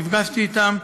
נפגשתי אתם.